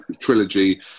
trilogy